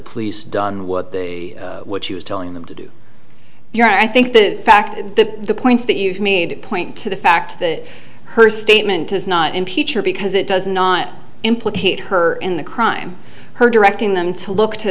police done what the what she was telling them to do your i think the fact that the points that you've made it point to the fact that her statement is not impeach her because it does not implicate her in the crime her directing them to look to